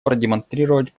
продемонстрировать